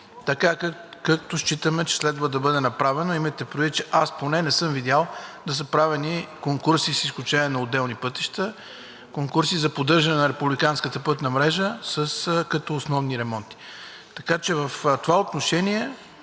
така както считаме, че следва да бъде направено. Имайте предвид, аз поне не съм видял, да са правени конкурси, с изключение на отделни пътища за поддържане на републиканската пътна мрежа като основни ремонти. Така че в това отношение